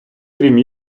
крім